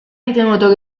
ritenuto